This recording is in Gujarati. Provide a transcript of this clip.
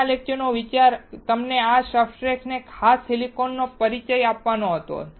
આજના લેક્ચરનો વિચાર તમને આ સબસ્ટ્રેટ્સ અને ખાસ કરીને સિલિકોનથી પરિચય આપવાનો હતો